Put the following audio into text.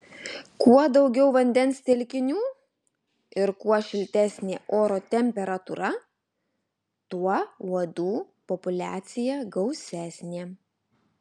kuo daugiau vandens telkinių ir kuo šiltesnė oro temperatūra tuo uodų populiacija gausesnė